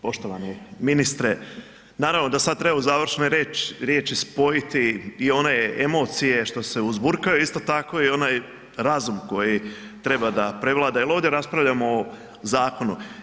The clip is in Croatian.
Poštovani ministre, naravno da sad treba u završnoj riječi spojiti i one emocije što se uzburkaju, isto tako i onaj razum koji treba da prevlada jer ovdje raspravljamo o zakonu.